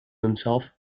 himself